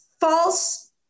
False